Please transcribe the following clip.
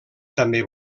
també